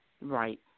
Right